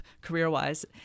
career-wise